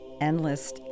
endless